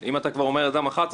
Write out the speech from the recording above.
אם אתה כבר אומר אדם אחד,